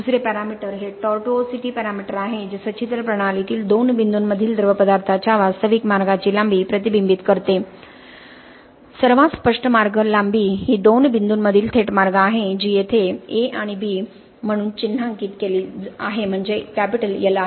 दुसरे पॅरामीटर हे tortuosity parameter आहे जे सच्छिद्र प्रणालीतील दोन बिंदूंमधील द्रवपदार्थाच्या वास्तविक मार्गाची लांबी प्रतिबिंबित करते सर्वात स्पष्ट मार्ग लांबी ही दोन बिंदूंमधील थेट मार्ग आहे जी येथे A आणि B म्हणून चिन्हांकित केली आहे म्हणजे L आहे